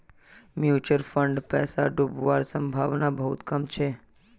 mutual फंडत पैसा डूबवार संभावना बहुत कम छ